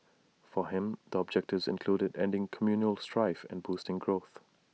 for him the objectives included ending communal strife and boosting growth